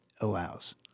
allows